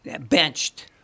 Benched